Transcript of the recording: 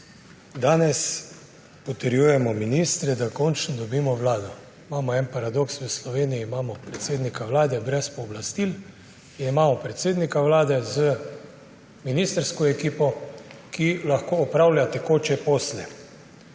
Danes potrjujemo ministre, da končno dobimo vlado. Imamo en paradoks v Sloveniji, imamo predsednika Vlade brez pooblastil in imamo predsednika Vlade z ministrsko ekipo, ki lahko opravlja tekoče posle.